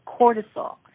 cortisol